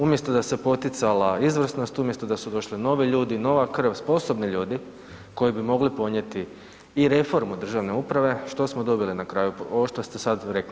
Umjesto da se poticala izvrsnost, umjesto da su došli novi ljudi, nova krv, sposobni ljudi koji bi mogli ponijeti i reformu državne uprave, što smo dobili na kraju, ovo što ste sad rekli.